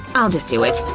i'll just do it.